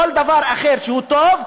כל דבר אחר שהוא טוב,